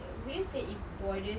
wouldn't say it bothers